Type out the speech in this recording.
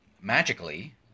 magically